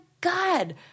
God